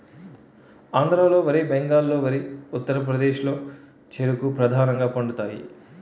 ఆంధ్రాలో వరి బెంగాల్లో వరి ఉత్తరప్రదేశ్లో చెరుకు ప్రధానంగా పండుతాయి